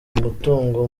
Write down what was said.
umutungo